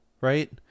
right